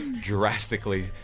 drastically